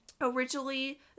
originally